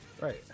Right